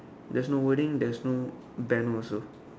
there's no wording there's no banner also